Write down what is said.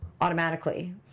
automatically